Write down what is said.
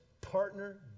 partner